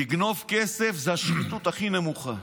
לגנוב כסף זו השחיתות הכי נמוכה,